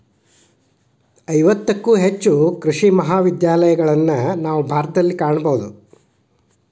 ಐವತ್ತಕ್ಕೂ ಹೆಚ್ಚು ಕೃಷಿ ಮಹಾವಿದ್ಯಾಲಯಗಳನ್ನಾ ನಾವು ಭಾರತದಲ್ಲಿ ಕಾಣಬಹುದು